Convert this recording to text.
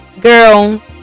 girl